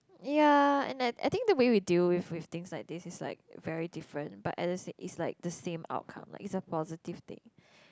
ya and I I think the way we deal with with things like this is like very different but at the same its like the same outcome like its a positive thing